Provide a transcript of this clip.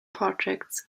projects